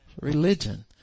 Religion